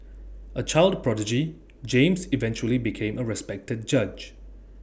A child prodigy James eventually became A respected judge